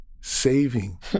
saving